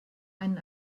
einen